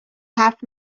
حرف